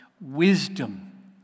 wisdom